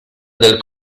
del